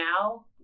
now